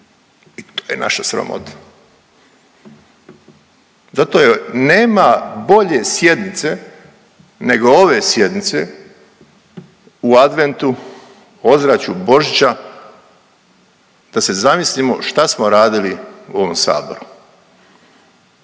i to je naša sramota. Zato nema bolje sjednice nego ove sjednice u Adventu, ozračju Božića da se zamislimo šta smo radili u ovom saboru,